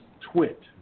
twit